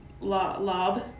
Lob